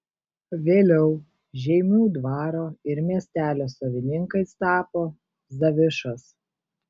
vėliau žeimių dvaro ir miestelio savininkais tapo zavišos